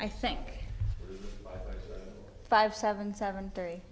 i think five seven seven three